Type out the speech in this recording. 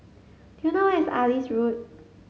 do you know where is Alis Road